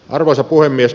arvoisa puhemies